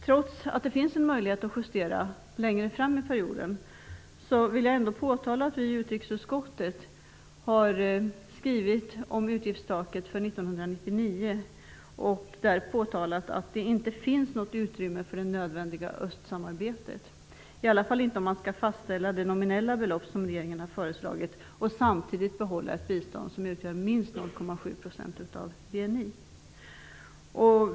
Trots att det finns en möjlighet att justera längre fram under perioden, vill jag ändå påtala att vi i utrikesutskottet har skrivit om utgiftstaket för 1999 och där påtalat att det inte finns något utrymme för det nödvändiga östsamarbetet, i alla fall inte om man skall fastställa det nominella belopp som regeringen har föreslagit och samtidigt behålla ett bistånd som utgör minst 0,7 % av BNI.